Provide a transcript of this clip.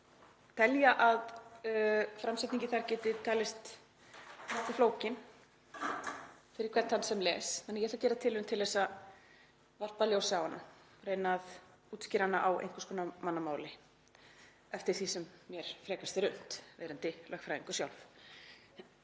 telja að framsetningin þar geti talist nokkuð flókin fyrir hvern þann sem les. Ég ætla að gera tilraun til að varpa ljósi á hana, reyna að útskýra hana á einhvers konar mannamáli eftir því sem mér er frekast unnt, verandi lögfræðingur sjálf.